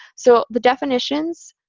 so the definitions